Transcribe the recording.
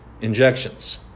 injections